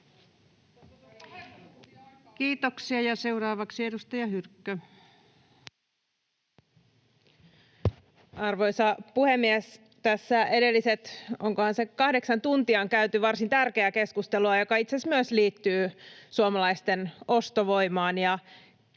muuttamisesta Time: 21:05 Content: Arvoisa puhemies! Tässä edelliset, onkohan, kahdeksan tuntia on käyty varsin tärkeää keskustelua, joka itse asiassa myös liittyy suomalaisten ostovoimaan